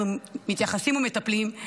אנחנו מתייחסים ומטפלים,